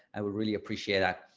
i would really appreciate that.